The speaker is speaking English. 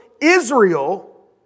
Israel